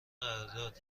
قرارداد